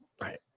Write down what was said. right